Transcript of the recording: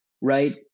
right